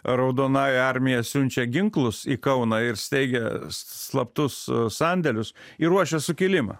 raudonąja armija siunčia ginklus į kauną ir steigia slaptus sandėlius ir ruošia sukilimą